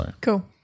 Cool